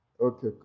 Okay